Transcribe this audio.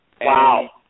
Wow